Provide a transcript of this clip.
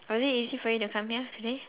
was it easy for you to come here today